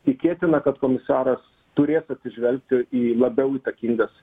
tikėtina kad komisaras turės atsižvelgti į labiau įtakingas